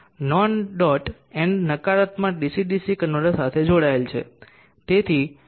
non dot end નકારાત્મક DC DC converter સાથે જોડાયેલ છે